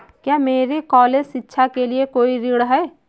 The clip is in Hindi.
क्या मेरे कॉलेज शिक्षा के लिए कोई ऋण है?